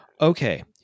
okay